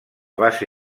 base